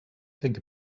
think